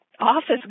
office